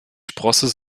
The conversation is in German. sprosse